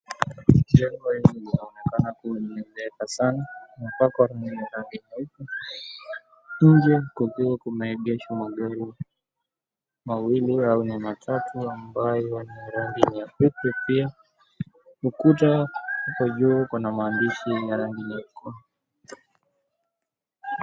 Jengo hili linaonekana kuwa limezeeka sana mpaka kule ndani kabisa. Nje kumeegeshwa magari mawili au matatu ambayo yana rangi nyeupe pia. Ukuta uko juu kuna maandishi ya rangi nyeusi.